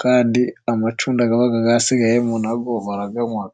Kandi amacunda aba yasigayemo nayo barayanywa.